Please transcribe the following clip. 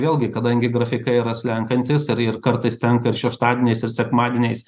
vėlgi kadangi grafikai yra slenkantys ir ir kartais tenka ir šeštadieniais ir sekmadieniais